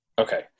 Okay